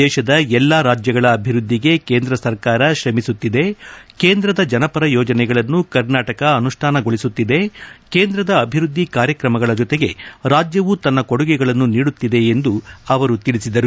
ದೇಶದ ಎಲ್ಲಾ ರಾಜ್ಯಗಳ ಅಭಿವೃದ್ಧಿಗೆ ಕೇಂದ್ರ ಸರ್ಕಾರ ಶ್ರಮಿಸುತ್ತಿದೆ ಕೇಂದ್ರದ ಜನಪರ ಯೋಜನೆಗಳನ್ನು ಕರ್ನಾಟಕ ಅನುಷ್ಠಾನಗೊಳಿಸುತ್ತಿದೆ ಕೇಂದ್ರದ ಅಭಿವೃದ್ಧಿ ಕಾರ್ಯಕ್ರಮಗಳ ಜೊತೆಗೆ ರಾಜ್ಯವೂ ತನ್ನ ಕೊಡುಗೆಗಳನ್ನು ನೀಡುತ್ತಿದೆ ಎಂದು ಅವರು ತಿಳಿಸಿದರು